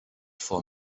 for